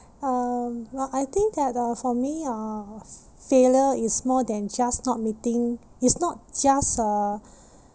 um well I think that uh for me uh failure is more than just not meeting it's not just uh